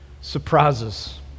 surprises